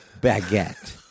baguette